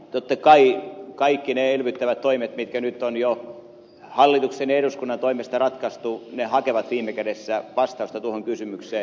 totta kai kaikki ne elvyttävät toimet mitkä nyt on jo hallituksen ja eduskunnan toimesta ratkaistu hakevat viime kädessä vastausta tuohon kysymykseen